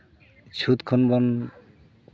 ᱪᱷᱩᱸᱛ ᱠᱷᱚᱱ ᱵᱚᱱ